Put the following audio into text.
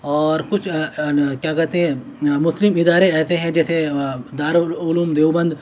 اور کچھ کیا کہتے ہیں مسلم ادارے ایسے ہیں جیسے دارالعلوم دیوبند